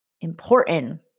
important